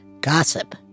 Gossip